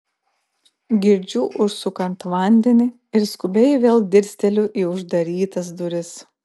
girdžiu užsukant vandenį ir skubiai vėl dirsteliu į uždarytas duris